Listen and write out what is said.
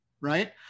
right